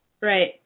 Right